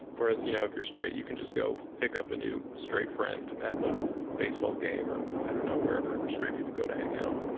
whereas, you know, if you're straight, you can just go pick up a new straight friend at the baseball game or i don't know, wherever straight people go to hang out